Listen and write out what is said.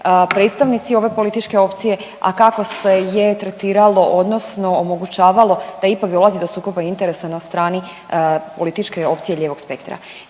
predstavnici ove političke opcije, a kako se je tretiralo odnosno omogućavalo da ipak dolazi do sukoba interesa na strani političke opcije lijevog spektra.